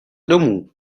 domů